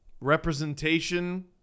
representation